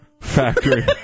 factory